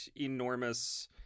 enormous